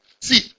See